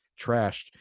trashed